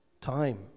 Time